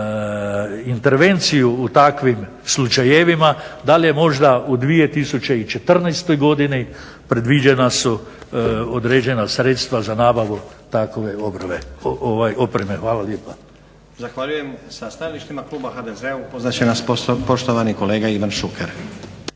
intervenciju u takvim slučajevima, dal je možda u 2014. godini predviđena su određena sredstva za nabavu takve opreme? Hvala lijepa.